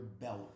belt